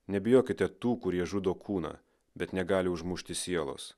nebijokite tų kurie žudo kūną bet negali užmušti sielos